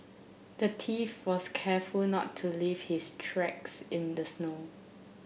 the thief was careful not to leave his tracks in the snow